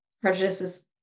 prejudices